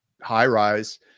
high-rise